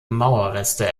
mauerreste